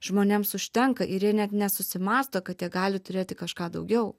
žmonėms užtenka ir jie net nesusimąsto kad jie gali turėti kažką daugiau